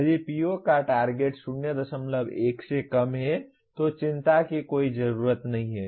यदि PO का target 01 से कम है तो चिंता की कोई जरूरत नहीं है